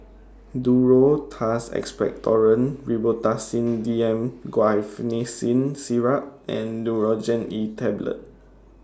Duro Tuss Expectorant Robitussin D M Guaiphenesin Syrup and Nurogen E Tablet